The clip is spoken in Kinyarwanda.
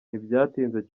ntibyatinze